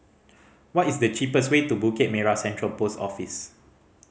what is the cheapest way to Bukit Merah Central Post Office